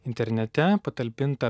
internete patalpinta